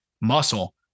muscle